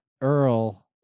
earl